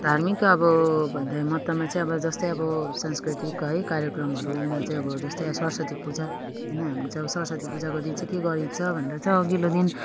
धार्मिक अब भन्दाखेरि महत्त्वमा चाहिँ अब जस्तै अब सांस्कृतिक है कार्यक्रमहरूमा चाहिँ जस्तै अब सरस्वती पूजा होइन हामी चाहिँ अब सरस्वती पूजाको दिन चाहिँ के गरिन्छ भन्दा चाहिँ अघिल्लो दिन